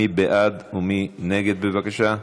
מי בעד ומי נגד, בבקשה?